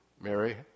Mary